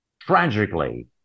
Tragically